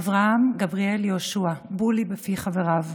אברהם גבריאל יהושע, "בולי" בפי חבריו.